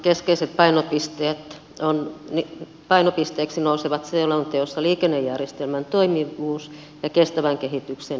keskeisiksi painopisteiksi tässä liikennepoliittisessa selonteossa nousevat liikennejärjestelmän toimivuus ja kestävän kehityksen edistäminen